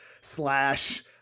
slash